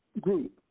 group